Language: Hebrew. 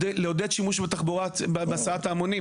לעודד שימוש בהסעת ההמונים.